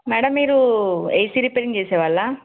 madam మీరూ AC repairing చేసేవాళ్ళా